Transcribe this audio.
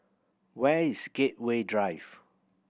where is Gateway Drive